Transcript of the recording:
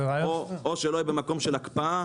או שלא יהיה במקום של הקפאה.